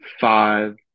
five